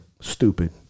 stupid